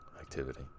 activity